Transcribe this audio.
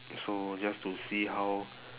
so just to see how